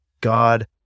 God